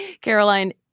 Caroline